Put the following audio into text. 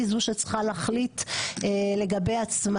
איזו שהיא בעיה בתקדים מבחינה פרוצדוראלית.